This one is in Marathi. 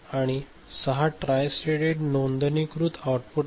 आणि 6 ट्रायस्टेड नोंदणीकृत आउटपुट आहेत